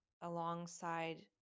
alongside